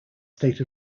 state